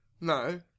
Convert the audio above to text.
No